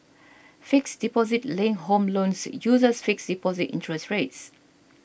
fixed deposit linked home loans uses fixed deposit interest rates